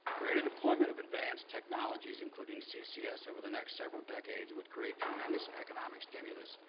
creative deployment of advanced technologies, including ccs, over the next several decades would create tremendous economic stimulus,